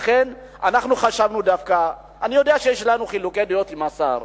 אני יודע שיש לנו חילוקי דעות עם השר.